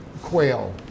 quail